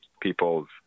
people's